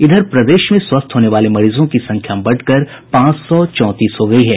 इधर प्रदेश में स्वस्थ होने वाले मरीजों की संख्या बढ़कर पांच सौ चौंतीस हो गयी है